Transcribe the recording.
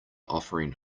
offering